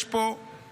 יש פה שחיתות,